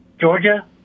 Georgia